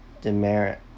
demerit